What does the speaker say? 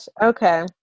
Okay